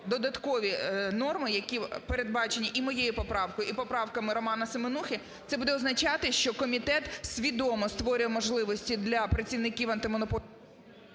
додаткові норми, які передбачені і моєю поправкою, і поправками Романа Семенухи, це буде означати, що комітет свідомо створює можливості для працівників Антимонопольного…